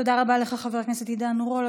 תודה רבה לך, חבר הכנסת עידן רול.